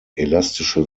elastische